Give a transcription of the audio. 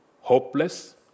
hopeless